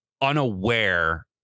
unaware